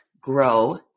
grow